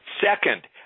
Second